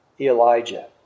Elijah